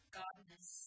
godness